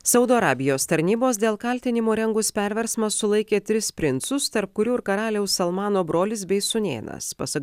saudo arabijos tarnybos dėl kaltinimų rengus perversmą sulaikė tris princus tarp kurių ir karaliaus salmano brolis bei sūnėnas pasak